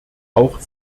auch